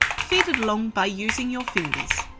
feed it along by using your fingers.